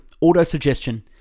Auto-suggestion